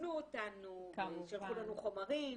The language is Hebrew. והפנו אותנו ושלחו לנו חומרים.